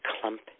clump